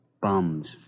Bums